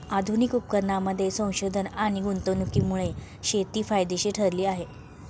आधुनिक उपकरणांमध्ये संशोधन आणि गुंतवणुकीमुळे शेती फायदेशीर ठरली आहे